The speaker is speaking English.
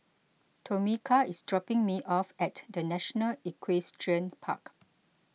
Tomika is dropping me off at the National Equestrian Park